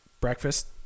Breakfast